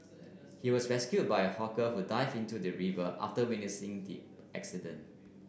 he was rescued by a hawker who dived into the river after witnessing the accident